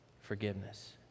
forgiveness